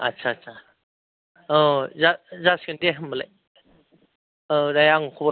आदसा आदसा औ जासिगोन दे होम्बालाय औ दे आं खबर